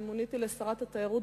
מוניתי לשרת התיירות,